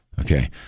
okay